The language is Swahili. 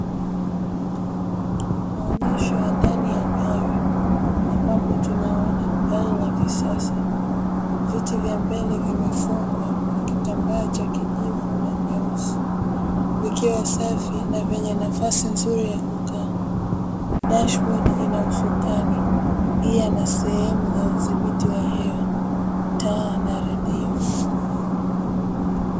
Maonyesho ya ndani ya gari ambapo tunaona gari la kisasa viti vya mbele vimefungwa kwa kitambaa cha kijivu na nyeusi vikiwa safi na vyenye nafasi nzuri ya kukaa dashibodi ina usukani pia na sehemu za udhibiti wa hewa taa na radio